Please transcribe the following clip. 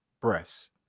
breasts